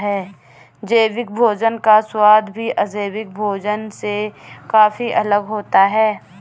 जैविक भोजन का स्वाद भी अजैविक भोजन से काफी अलग होता है